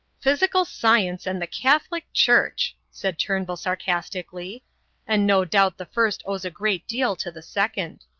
physical science and the catholic church! said turnbull sarcastically and no doubt the first owes a great deal to the second.